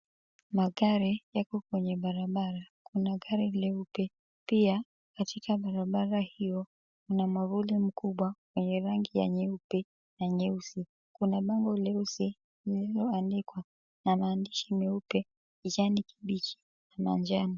Magari yako kwenye barabara. Kuna gari leupe. Pia katika barabara hio mna mwavuli mkubwa wenye rangi ya nyeupe na nyeusi. Kuna bango leusi lililoandikwa na maandishi meupe, kijani kibichi na manjano.